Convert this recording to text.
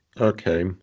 Okay